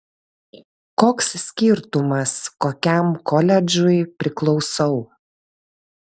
koks skirtumas kokiam koledžui priklausau